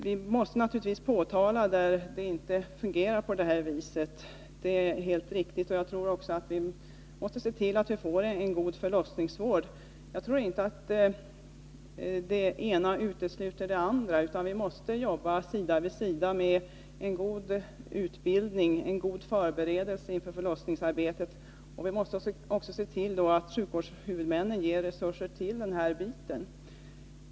Vi måste naturligtvis påtala när det inte fungerar på detta sätt, det är riktigt. Vi måste se till att få en god förlossningsvård. Det ena utesluter inte det andra, utan vi måste jobba sida vid sida med en god utbildning och goda förberedelser inför förlossningsarbetet. Vi måste också se till att sjukvårdshuvudmännen ger resurser till detta.